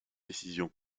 décision